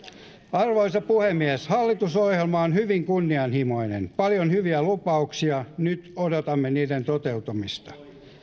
arvoisa puhemies hallitusohjelma on hyvin kunnianhimoinen paljon hyviä lupauksia nyt odotamme niiden toteutumista